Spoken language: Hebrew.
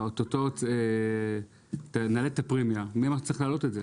הפרמיה, מי אמר שצריך להעלות את זה?